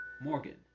Morgan